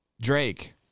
Drake